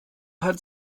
hat